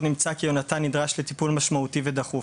נמצא כי יונתן נדרש לטיפול משמעותי ודחוף.